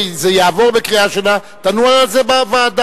אם זה יעבור בקריאה ראשונה תדונו על זה בוועדה.